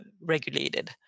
regulated